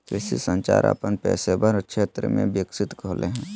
कृषि संचार अपन पेशेवर क्षेत्र में विकसित होले हें